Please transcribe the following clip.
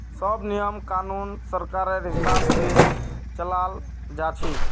सब नियम कानून सरकारेर हिसाब से चलाल जा छे